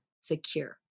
secure